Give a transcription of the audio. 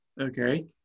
Okay